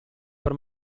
per